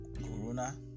corona